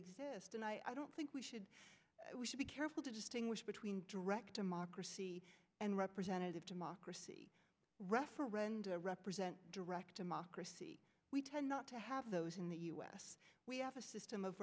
exist and i don't think we should we should be careful to distinguish between direct democracy and representative democracy referenda represent direct democracy we tend not to have those in the u s we have a s